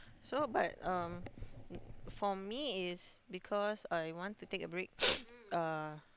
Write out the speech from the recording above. so but um for me is because I want to take a break uh